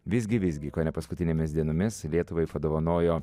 visgi visgi kone paskutinėmis dienomis lietuvai padovanojo